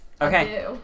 Okay